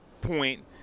point